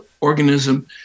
organism